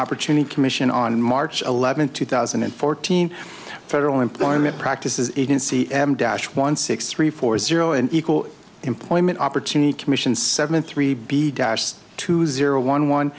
opportunity commission on march eleventh two thousand and fourteen federal employment practices agency em dash one six three four zero and equal employment opportunity commission seven three b dashed two zero one one